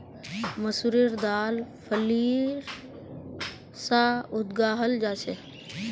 मसूरेर दाल फलीर सा उगाहल जाहा